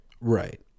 Right